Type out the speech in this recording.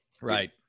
Right